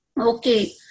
okay